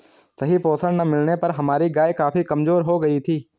सही पोषण ना मिलने पर हमारी गाय काफी कमजोर हो गयी थी